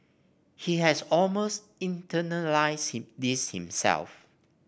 he has almost internalised this himself